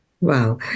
wow